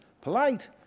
polite